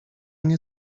nie